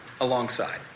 alongside